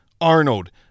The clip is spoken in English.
Arnold